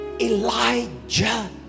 Elijah